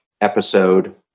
episode